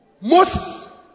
Moses